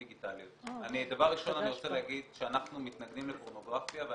דבר ראשון אני רוצה להגיד שאנחנו מתנגדים לפורנוגרפיה.